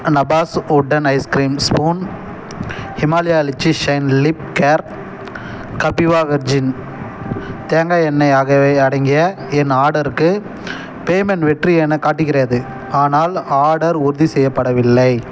நபாஸ் wooden ice cream spoon Himalaya litchi shine lip care Kapiva virgin தேங்காய் எண்ணெய் ஆகியவை அடங்கிய என் ஆர்டருக்கு பேமெண்ட் வெற்றி எனக் காட்டுகிறது ஆனால் ஆர்டர் உறுதி செய்யப்படவில்லை